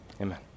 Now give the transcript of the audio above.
amen